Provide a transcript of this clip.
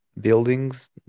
buildings